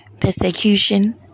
persecution